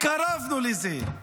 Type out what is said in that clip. התקרבנו לזה.